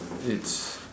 it's